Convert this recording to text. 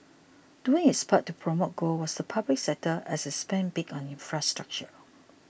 doing its part to promote growth was the public sector as it spent big on infrastructure